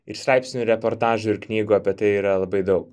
ir straipsnių ir reportažų ir knygų apie tai yra labai daug